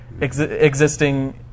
existing